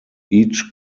each